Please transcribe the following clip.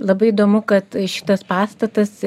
labai įdomu kad šitas pastatas